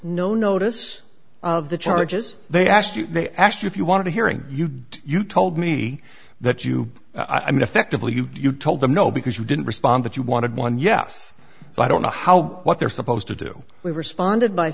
no notice of the charges they asked you they asked you if you wanted to hearing you you told me that you i mean effectively you told them no because you didn't respond that you wanted one yes so i don't know how what they're supposed to do we responded by